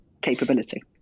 capability